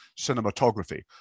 Cinematography